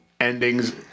endings